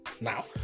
now